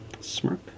smirk